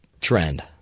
trend